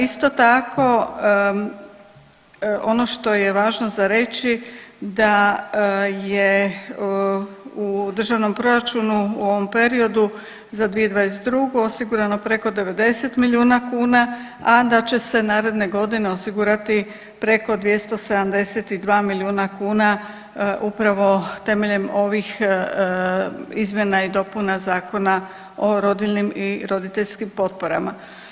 Isto tako ono što je važno za reći da je u državnom proračunu u ovom periodu za 2022. osigurano preko 90 milijuna kuna, a da će se naredne godine osigurati preko 272 milijuna kuna upravo temeljem ovih izmjena i dopuna Zakona o rodiljnim i roditeljskim potporama.